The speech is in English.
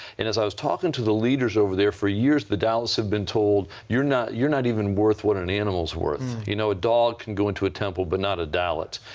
and as i was talking to the leaders over there, for years the dalits have been told youire not youire not even worth what an animalis worth. you know, a dog can go into a temple but not a dalit.